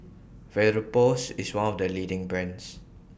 Vapodrops IS one of The leading brands